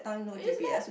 I use map